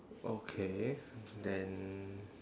okay then